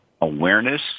awareness